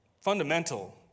fundamental